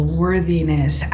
worthiness